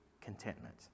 contentment